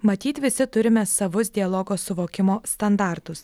matyt visi turime savus dialogo suvokimo standartus